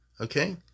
Okay